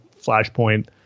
Flashpoint